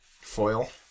foil